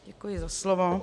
Děkuji za slovo.